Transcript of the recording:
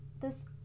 This-